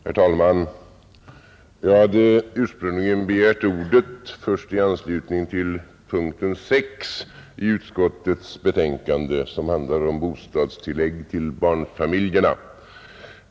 Herr talman! Jag hade ursprungligen begärt ordet först i anslutning till punkten 6 i utskottets betänkande, vilken handlar om bostadstillägg till barnfamiljerna.